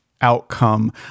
outcome